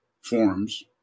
Forms